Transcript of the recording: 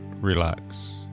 Relax